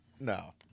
No